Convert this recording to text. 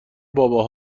بابا